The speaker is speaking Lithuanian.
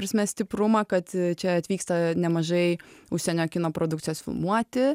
ta prasme stiprumą kad čia atvyksta nemažai užsienio kino produkcijos filmuoti